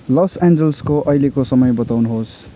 loss एन्जल्सको अहिलेको समय बताउनुहोस्